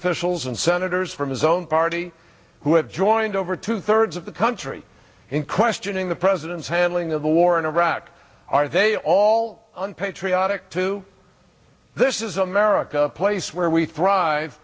officials and senators from his own party who have joined over two thirds of the country in questioning the president's handling of the war in iraq are they all unpatriotic to this is america place where we thrive